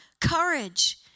courage